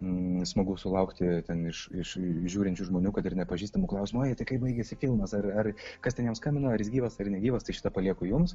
smagu sulaukti ten iš iš žiūrinčių žmonių kad ir nepažįstamų klausimo ai tai kaip baigiasi filmas ar ar kas ten jam skambino ar jis gyvas ar negyvas tai šitą palieku jums